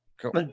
cool